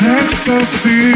ecstasy